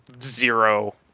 zero